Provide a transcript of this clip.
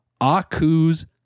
Aku's